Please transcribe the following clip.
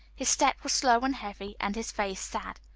his step was slow and heavy, and his face sad.